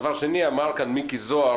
דבר שני, אמר כאן מיקי זוהר